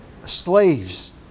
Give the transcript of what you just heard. slaves